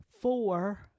Four